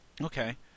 Okay